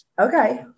Okay